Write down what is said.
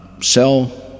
sell